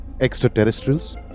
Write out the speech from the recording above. Extraterrestrials